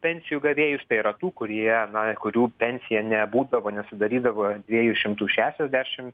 pensijų gavėjus tai yra tų kurie na kurių pensija nebūdavo nesudarydavo dviejų šimtų šešiasdešim